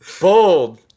Bold